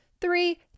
three